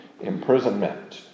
imprisonment